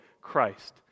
Christ